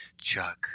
Chuck